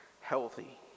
healthy